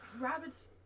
Rabbits